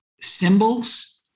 symbols